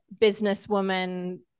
businesswoman